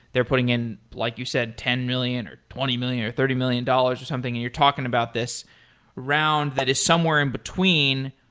they're putting in, like you said, ten million or twenty million dollars or thirty million dollars or something and you're talking about this round that is somewhere in between.